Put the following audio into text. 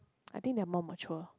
I think they are more mature